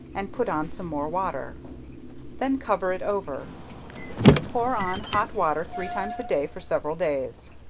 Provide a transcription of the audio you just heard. and put on some more water then cover it over pour on hot water three times a day for several days.